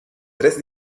tres